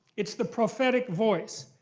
it's the prophetic voice.